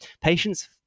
patients